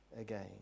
again